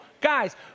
guys